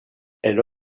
elle